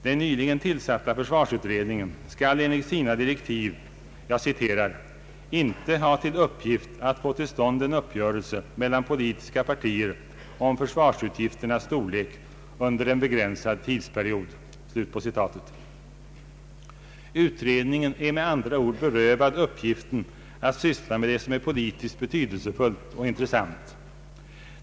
Den nyligen tillsatta försvarsutredningen skall enligt sina direktiv ”inte ha till uppgift att få till stånd en uppgörelse mellan politiska partier om försvarsutgifternas storlek under en begränsad tidsperiod”. Utredningen är med andra ord berövad uppgiften att syssla med det som är politiskt betydelsefullt och intressant.